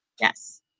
Yes